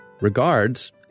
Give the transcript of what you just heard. Regards